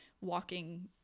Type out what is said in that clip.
walking